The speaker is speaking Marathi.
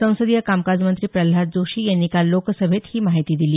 संसदीय कामकाजमंत्री प्रल्हाद जोशी यांनी काल लोकसभेत ही माहिती दिली